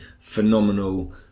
phenomenal